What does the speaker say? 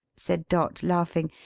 said dot, laughing.